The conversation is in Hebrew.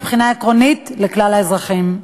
מבחינה עקרונית לכלל האזרחים.